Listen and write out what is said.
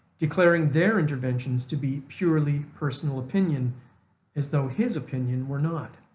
declaring their interventions to be purely personal opinion as though his opinion were not.